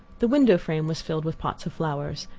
the window frame was filled with pots of flowers,